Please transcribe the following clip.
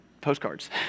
postcards